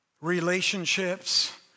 relationships